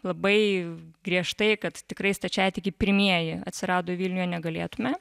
labai griežtai kad tikrai stačiatikiai pirmieji atsirado vilniuje negalėtume